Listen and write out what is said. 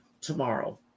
tomorrow